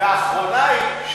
והאחרונה היא,